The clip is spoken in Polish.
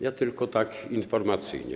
Ja tylko tak informacyjnie.